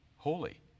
holy